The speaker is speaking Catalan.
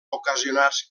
ocasionats